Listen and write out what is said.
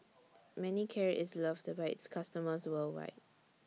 Manicare IS loved By its customers worldwide